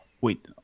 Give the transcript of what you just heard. wait